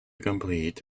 complete